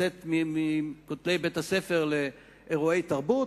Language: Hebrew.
לצאת מכותלי בית-הספר לאירועי תרבות,